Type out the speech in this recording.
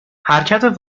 حرکت